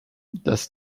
das